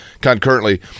concurrently